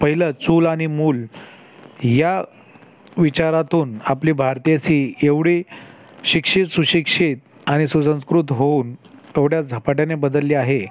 पहिलं चूल आणि मूल या विचारातून आपली भारतीय सी एवढी शिक्षित सुशिक्षित आणि सुसंस्कृत होऊन केवढ्या झपाट्याने बदलली आहे